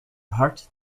hard